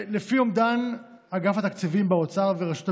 לפי אומדן אגף התקציבים באוצר וברשות המיסים,